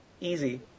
Easy